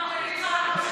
לא.